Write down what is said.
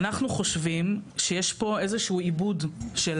אנחנו חושבים שיש פה איזה שהוא איבוד של